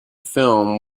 film